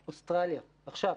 אוסטרליה, עכשיו